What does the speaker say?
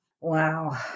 Wow